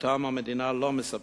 שאותם המדינה לא מספקת.